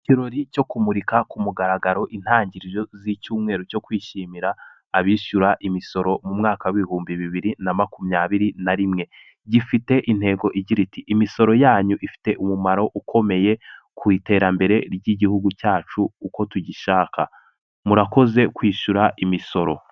Ikirori cyo kumurika ku mugaragaro intangiriro z'icyumweru cyo kwishimira abishyura imisoro mu mwaka w' ibihumbi bibiri na makumyabiri na rimwe, gifite intego igira iti "imisoro yanyu ifite umumaro ukomeye ku iterambere ry'igihugu cyacu uko tugishaka, murakoze kwishyura imisoro".